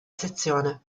sezione